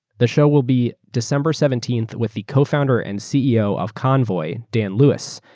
the show will be december seventeenth with the co-founder and ceo of convoy, dan lewis,